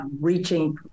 reaching